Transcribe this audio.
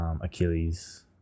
Achilles